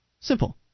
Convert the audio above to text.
Simple